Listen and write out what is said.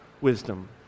wisdom